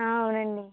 అవును అండి